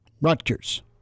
Rutgers